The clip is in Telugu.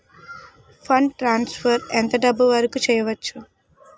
ఫండ్ ట్రాన్సఫర్ ఎంత డబ్బు వరుకు చేయవచ్చు?